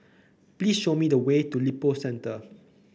please show me the way to Lippo Centre